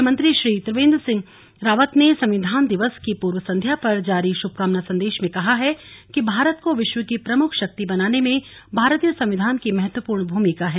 मुख्यमंत्री श्री त्रिवेन्द्र ने संविधान दिवस की पूर्व संध्या पर जारी शुभकामना संदेश में कहा है कि भारत को विश्व की प्रमुख शक्ति बनाने में भारतीय संविधान की महत्वपूर्ण भूमिका है